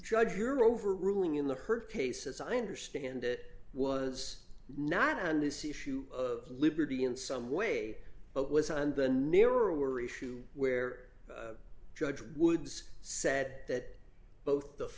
judge you're over ruling in the hurt case as i understand it was not on this issue of liberty in some way but was on the near or were issue where judge woods said that both the